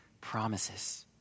promises